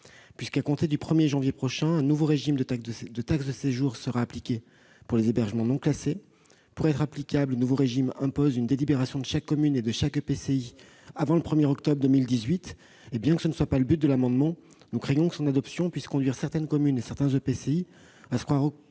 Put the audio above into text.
puisqu'à compter du 1 janvier prochain un nouveau régime de taxe de séjour sera appliqué pour les hébergements non classés. Pour être applicable, le nouveau régime impose une délibération de chaque commune et de chaque EPCI avant le 1 octobre 2018, et bien que ce ne soit pas la finalité de l'amendement, nous craignons que son adoption ne puisse conduire certaines communes et certains EPCI à se croire autorisés